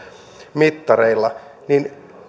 mittareilla niin